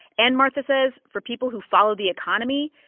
and martha says for people who follow the economy,